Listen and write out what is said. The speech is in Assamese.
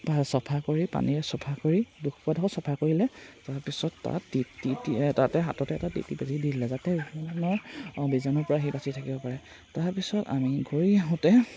চাফা কৰি পানীৰে চাফা কৰি দুখ পোৱাডোখৰ চাফা কৰিলে তাৰপিছত তাত টি টি তাতে হাততে এটা টি টি বেজী দি দিলে যাতে বিভিন্ন বীজাণুৰ পৰা সি বাচি থাকিব পাৰে তাৰপিছত আমি ঘূৰি আহোঁতে